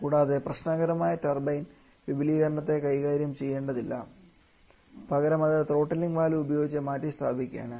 കൂടാതെ പ്രശ്നകരമായ ടർബൈൻ വിപുലീകരണത്തെ കൈകാര്യം ചെയ്യേണ്ടതില്ല പകരം അത് ത്രോട്ടിലിംഗ് വാൽവ് ഉപയോഗിച്ച് മാറ്റിസ്ഥാപിക്കുകയാണ്